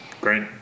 great